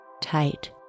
Tight